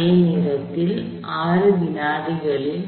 ஒரே நேரத்தில் 6 வினாடிகளில்